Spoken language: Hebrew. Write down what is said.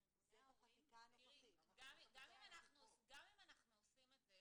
עם ארגוני ההורים -- גם אם אנחנו עושים את זה,